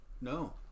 No